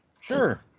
sure